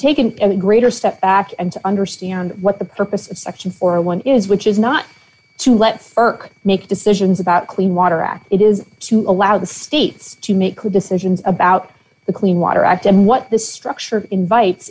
take an ever greater step back and to understand what the purpose of section or one is which is not to let irk make decisions about clean water act it is to allow the states to make quick decisions about the clean water act and what the structure invites